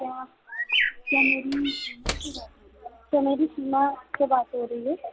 क्या क्या मेरी सीमा से बात हो रही है क्या मेरी सीमा से बात हो रही है